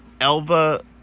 Elva